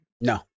No